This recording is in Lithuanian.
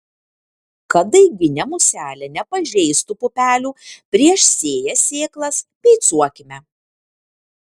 kad daiginė muselė nepažeistų pupelių prieš sėją sėklas beicuokime